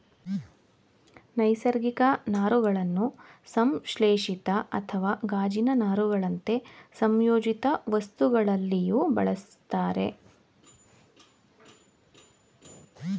ನೈಸರ್ಗಿಕ ನಾರುಗಳನ್ನು ಸಂಶ್ಲೇಷಿತ ಅಥವಾ ಗಾಜಿನ ನಾರುಗಳಂತೆ ಸಂಯೋಜಿತವಸ್ತುಗಳಲ್ಲಿಯೂ ಬಳುಸ್ತರೆ